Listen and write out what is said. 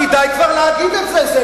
כי די כבר להגיד את זה,